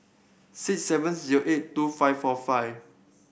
six seven zero eight two five four five